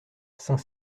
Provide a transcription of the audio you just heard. saint